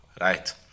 Right